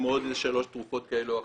או עוד שלוש תרופות כאלה או אחרות,